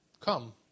come